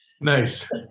Nice